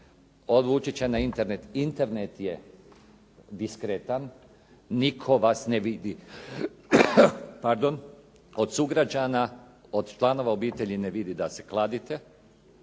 odvući će na internet. Internet je diskretan, nitko vas ne vidi od sugrađana, od članova obitelji ne vidi da se kladite,